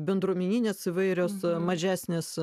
bendruomeninės įvairios mažesnės